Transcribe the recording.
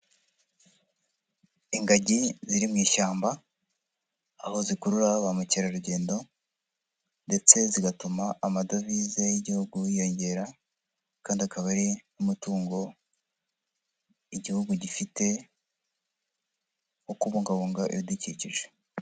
Ingagi ziri mu ishyamba, aho zikurura ba mukerarugendo ndetse zigatuma amadovize y'igihugu yiyongera kandi akaba ari n'umutungo, igihugu gifite wo kubungabunga ibidukikije.